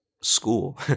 school